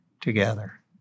together